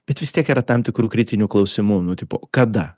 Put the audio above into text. bet vis tiek yra tam tikrų kritinių klausimų nu tipo kada